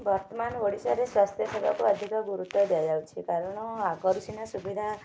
ବର୍ତ୍ତମାନ୍ ଓଡ଼ିଶାରେ ସ୍ୱାସ୍ଥ୍ୟ ସେବାକୁ ଅଧିକ ଗୁରୁତ୍ୱ ଦିଆଯାଉଛି କାରଣ ଆଗରୁ ସିନା ସୁବିଧା